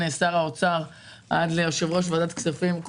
שר האוצר לבין יושב-ראש ועדת הכספים,